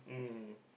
mm